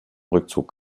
rückzug